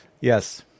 yes